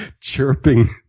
chirping